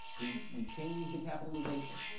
we we change the capitalization,